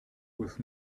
with